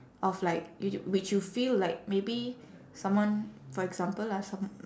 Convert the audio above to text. of like you j~ which you feel like maybe someone for example lah some~